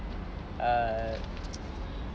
err